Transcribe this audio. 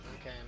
Okay